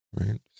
Right